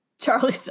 charlie